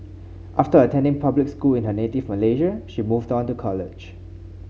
after attending public school in her native Malaysia she moved on to college